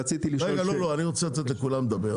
אני רוצה לתת לכולם לדבר,